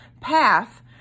path